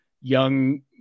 young